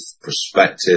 perspective